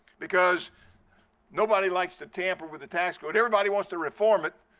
because nobody likes to tamper with the tax code. everybody wants to reform it,